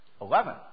Eleven